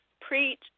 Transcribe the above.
preach